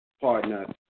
Partner